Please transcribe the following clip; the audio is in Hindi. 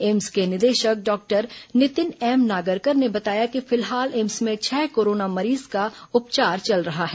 एम्स के निदेशक डॉक्टर नितिन एम नागरकर ने बताया कि फिलहाल एम्स में छह कोरोना मरीज का उपचार चल रहा है